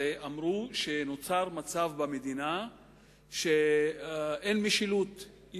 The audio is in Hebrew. אמרו שנוצר במדינה מצב של חוסר משילות.